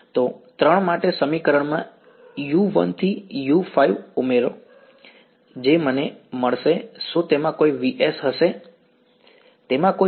તો 3 માટેના સમીકરણમાં u1 થી u5 ઉમેરો જે મને મળશે શું તેમાં કોઈ v s હશે